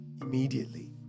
immediately